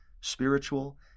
spiritual